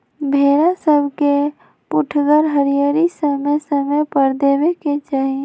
भेड़ा सभके पुठगर हरियरी समय समय पर देबेके चाहि